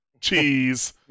cheese